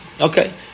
Okay